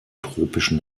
tropischen